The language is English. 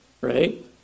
right